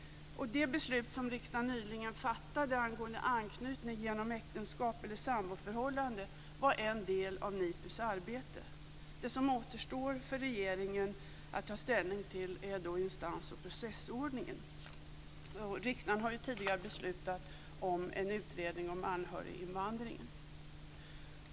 Det beslut som riksdagen nyligen fattade angående anknytning genom äktenskap eller samboförhållande var en del av NIPU:s arbete. Det som återstår för regeringen att ta ställning till är instans och processordningen. Riksdagen har tidigare beslutat om en utredning om anhöriginvandringen.